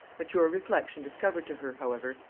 mature reflection discovered to her, however,